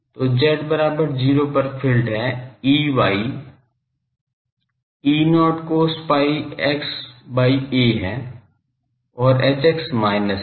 तो z बराबर 0 पर फ़ील्ड् हैं Ey E0 cos pi x by a है और Hx माइनस है